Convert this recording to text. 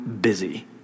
busy